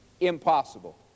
Impossible